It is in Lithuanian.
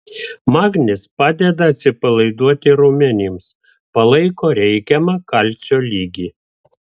magnis padeda atsipalaiduoti raumenims palaiko reikiamą kalcio lygį